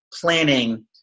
planning